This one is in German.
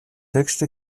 höchste